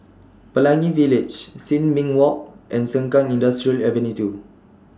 Pelangi Village Sin Ming Walk and Sengkang Industrial Avenue two